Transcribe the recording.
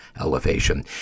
elevation